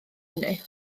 hynny